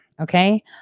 okay